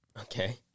Okay